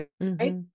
right